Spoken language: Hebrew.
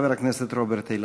חבר הכנסת רוברט אילטוב.